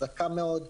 חזקה מאוד.